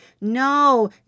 No